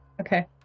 okay